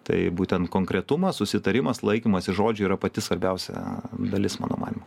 tai būtent konkretumas susitarimas laikymasis žodžio yra pati svarbiausia dalis mano manymu